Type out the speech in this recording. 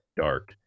Dark